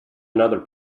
another